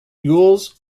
jules